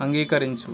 అంగీకరించు